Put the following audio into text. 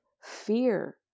fear